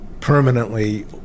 permanently